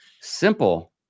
simple